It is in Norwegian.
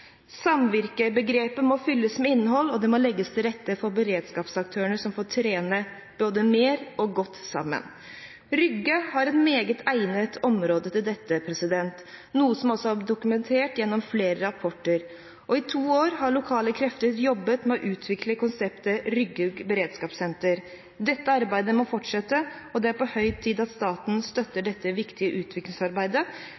Samvirkebegrepet må fylles med innhold, og det må legges til rette for beredskapsaktørene, som får trene både mer og godt sammen. Rygge har et meget egnet område til dette, noe som også er dokumentert gjennom flere rapporter. I to år har lokale krefter jobbet med å utvikle konseptet Rygge beredskapssenter. Dette arbeidet må fortsette, og det er på høy tid at staten støtter dette viktige utviklingsarbeidet.